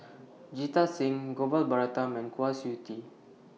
Jita Singh Gopal Baratham and Kwa Siew Tee